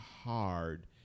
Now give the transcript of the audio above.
hard